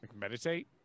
Meditate